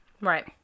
Right